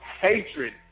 hatred